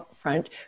front